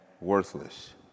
Worthless